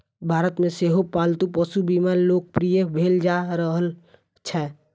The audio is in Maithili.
भारत मे सेहो पालतू पशु बीमा लोकप्रिय भेल जा रहल छै